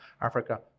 Africa